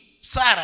sarah